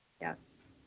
Yes